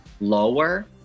lower